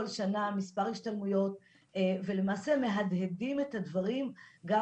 שנה מספר השתלמויות ולמעשה אנחנו "מהדהדים" את הדברים גם